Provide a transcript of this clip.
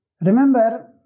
Remember